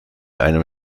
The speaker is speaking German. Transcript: einem